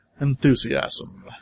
enthusiasm